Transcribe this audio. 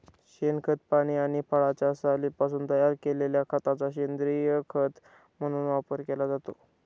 शेणखत, पाने आणि फळांच्या सालींपासून तयार केलेल्या खताचा सेंद्रीय खत म्हणून वापर केला जातो